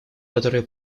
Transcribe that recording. которая